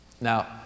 Now